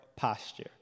Posture